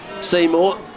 Seymour